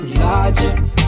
larger